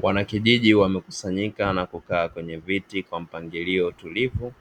Wanakijiji wamekusanyika na kukaa kwenye viti kwa mpangilio wa utulivu